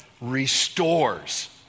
restores